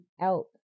out